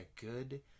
good